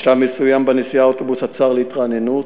בשלב מסוים בנסיעה האוטובוס עצר להתרעננות,